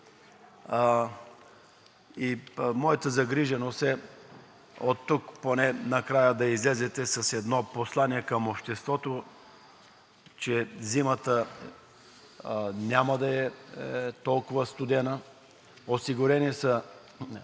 Моята загриженост е накрая оттук да излезете с едно послание към обществото, че зимата няма да е толкова студена, осигурени са